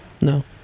No